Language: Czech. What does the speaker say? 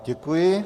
Děkuji.